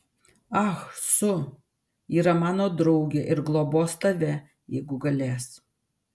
ah su yra mano draugė ir globos tave jeigu galės